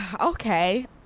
okay